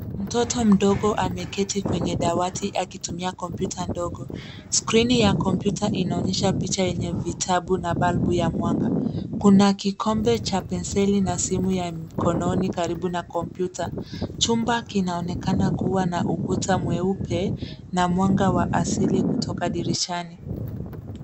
Mtoto mdogo ameketi kwenye dawati akitumia kompyuta ndogo. Skrini ya kompyuta inaonyesha picha yenye vitabu na balbu ya mwanga. Kuna kikombe cha penseli na simu ya mkononi karibu na kompyuta. Chumba kinaonekana kuwa na ukuta mweupe na mwanga wa asili kutoka dirishani.